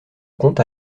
conte